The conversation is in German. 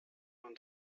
man